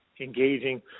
engaging